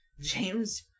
James